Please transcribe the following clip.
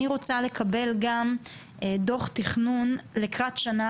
אני רוצה לקבל גם דו"ח תכנון לקראת שנה